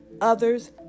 others